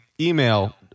email